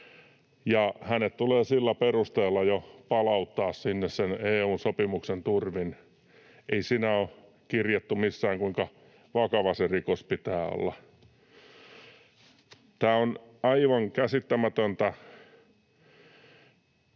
ja hänet tulee jo sillä perusteella palauttaa sinne sen EU:n sopimuksen turvin. Ei siinä ole kirjattu missään, kuinka vakava se rikos pitää olla. Tämä on aivan käsittämätöntä.